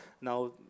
Now